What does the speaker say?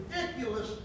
ridiculous